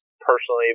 personally